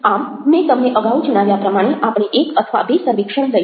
આમમેં તમને અગાઉ જણાવ્યા પ્રમાણે આપણે 1 અથવા 2 સર્વેક્ષણ લઈશું